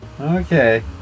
okay